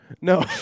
No